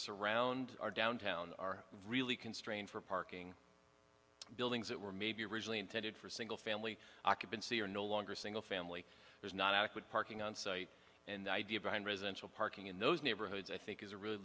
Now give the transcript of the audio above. surround our downtown are really constrained for parking buildings that were maybe originally intended for single family occupancy or no longer single family there's not adequate parking on site and the idea behind residential parking in those neighborhoods i think is a really